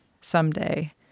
someday